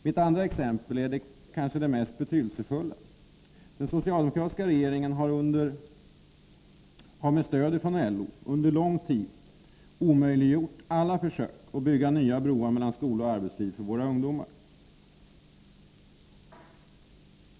Mitt andra exempel är kanske det mest betydelsefulla. Den socialdemokratiska regeringen har med stöd av LO under lång tid omöjliggjort alla försök att bygga nya broar mellan skola och arbetsliv för våra ungdomar.